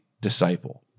disciple